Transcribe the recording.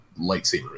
lightsaber